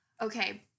okay